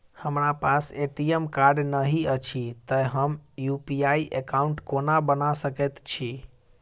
हमरा पास ATM card नहि अछि तए हम यु.पी.आई एकॉउन्ट कोना बना सकैत छी